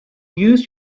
use